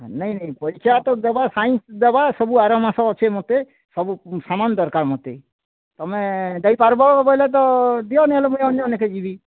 ନାଇଁ ନାଇଁ ପରୀକ୍ଷା ତ ଦେବ ସାଇନ୍ସ୍ ଦେବା ସବୁ ଆର ମାସ ଅଛି ମୋତେ ସବୁ ସାମାନ୍ ଦରକାର୍ ମୋତେ ତୁମେ ଦେଇପାର୍ବୋ ବୋଇଲେ ତ ଦିଅ ନହେଲେ ମୁଁଇ ଅନ୍ୟ ଅନ୍ୟକେ ଯିବି